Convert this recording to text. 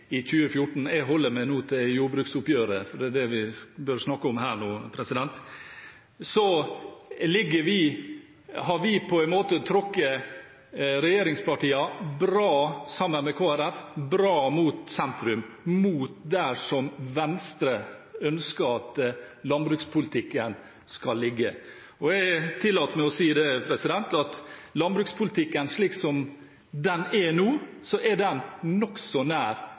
i 2014 – jeg holder meg nå til jordbruksoppgjøret, det er det vi bør snakke om her – at vi har sammen med Kristelig Folkeparti på en måte trukket regjeringspartiene bra mot sentrum, mot der Venstre ønsker at landbrukspolitikken skal ligge. Jeg tillater meg å si at landbrukspolitikken slik som den er nå, er nokså nær